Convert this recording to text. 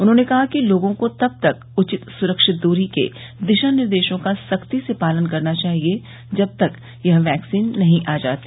उन्होंने कहा कि लोगों को तब तक उचित सुरक्षित दूरी के दिशानिर्देशों का सख्ती से पालन करना चाहिए जब तक यह वैक्सीन नहीं आ जाती